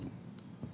so you can work